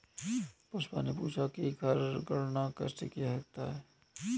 पुष्पा ने पूछा कि कर गणना कैसे किया जाता है?